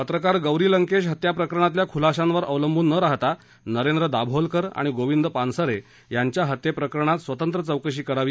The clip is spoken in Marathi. पत्रकार गौरी लंकेश हत्या प्रकरणातल्या खुलाशांवर अवलंबून न राहाता नरेंद्र दाभोलकर आणि गोविंद पानसरे यांच्या हत्येप्रकरणात स्वतंत्र चौकशी करावी